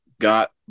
got